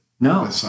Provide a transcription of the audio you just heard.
No